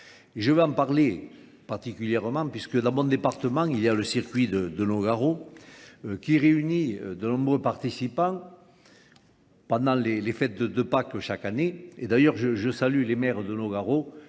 Je vais en parler particulièrement puisque dans mon département, il y a le circuit de Longarou qui réunit de nombreux participants pendant les fêtes de Pâques chaque année. Et d'ailleurs, je salue les maires de nos garros